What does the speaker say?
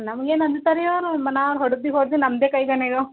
ನಮ್ಗೇನು ಅಂಜ್ತಾರೆ ರೀ ಅವರು ನಾನು ಹೋಡ್ದು ಹೋಡ್ಡು ನಮದೇ ಕೈ